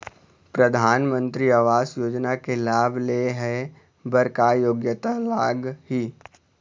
परधानमंतरी आवास योजना के लाभ ले हे बर का योग्यता लाग ही?